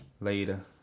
later